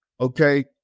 okay